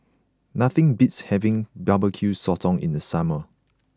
nothing beats having Barbecue Sotong in the summer